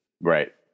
right